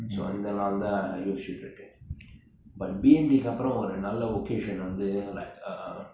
so அதுனால தான் யோசிச்சிட்டு இருக்கேன்:athunaalaa thaan yosichitu iruken but B_M_T அப்பரொம் ஒறு நல்ல:approm oru nalla vocation வந்து:vanthu like err